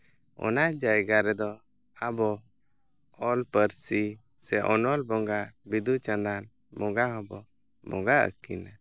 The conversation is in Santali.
ᱚᱱᱟ ᱡᱟᱭᱜᱟ ᱨᱮᱫᱚ ᱟᱵᱚ ᱚᱞ ᱯᱟᱹᱨᱥᱤ ᱥᱮ ᱚᱱᱚᱞ ᱵᱚᱸᱜᱟ ᱵᱤᱫᱩ ᱪᱟᱸᱫᱟᱱ ᱵᱚᱸᱜᱟ ᱦᱚᱵᱚ ᱵᱚᱸᱜᱟ ᱟᱹᱠᱤᱱᱟ